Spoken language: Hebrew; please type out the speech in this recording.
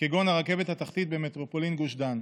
כגון הרכבת התחתית במטרופולין גוש דן.